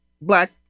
Black